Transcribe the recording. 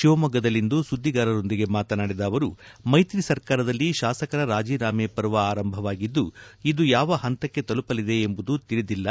ಶಿವಮೊಗ್ಗದಲ್ಲಿಂದು ಸುದ್ದಿಗಾರರೊಂದಿಗೆ ಮಾತನಾಡಿದ ಅವರು ಮೈತ್ರಿ ಸರ್ಕಾರದಲ್ಲಿ ಶಾಸಕರ ರಾಜೀನಾಮೆ ಪರ್ವ ಆರಂಭವಾಗಿದ್ದು ಇದು ಯಾವ ಹಂತಕ್ಕೆ ತಲುಪಲಿದೆ ಎಂಬುದು ತಿಳಿದಿಲ್ಲ